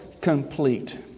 complete